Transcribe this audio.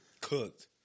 Cooked